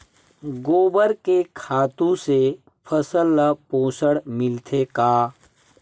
गोबर के खातु से फसल ल पोषण मिलथे का?